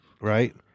right